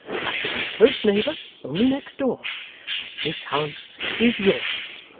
i shall be a close neighbour only next door but this house is yours